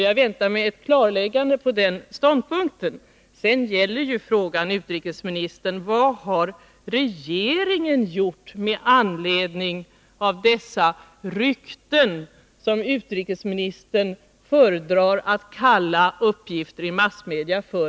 Jag väntar mig ett klarläggande på den punkten. Sedan gäller ju frågan, herr utrikesminister: Vad har regeringen gjort med anledning av dessa rykten, som utrikesministern föredrar att med sådan emfas kalla uppgifter i massmedia för?